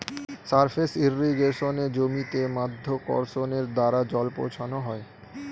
surface ইর্রিগেশনে জমিতে মাধ্যাকর্ষণের দ্বারা জল পৌঁছানো হয়